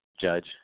judge